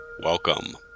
Welcome